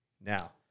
Now